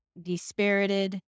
despirited